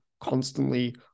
constantly